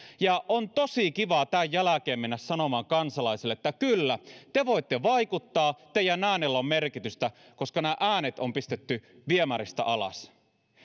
ja on tosi kiva tämän jälkeen mennä sanomaan kansalaisille että kyllä te voitte vaikuttaa teidän äänillänne on merkitystä koska nämä äänet on pistetty viemäristä alas